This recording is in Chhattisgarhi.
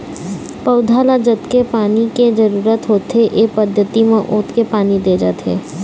पउधा ल जतके पानी के जरूरत होथे ए पद्यति म ओतके पानी दे जाथे